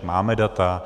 Máme data.